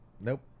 nope